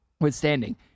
withstanding